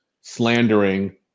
slandering